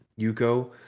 Yuko